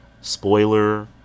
spoiler